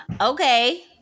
Okay